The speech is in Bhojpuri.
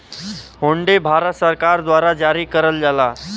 हुंडी भारत सरकार द्वारा जारी करल जाला